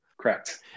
Correct